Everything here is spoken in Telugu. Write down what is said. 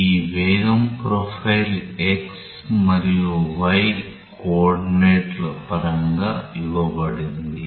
ఈ వేగం ప్రొఫైల్ x మరియు y కోఆర్డినేట్ల పరంగా ఇవ్వబడింది